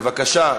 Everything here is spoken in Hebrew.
בבקשה,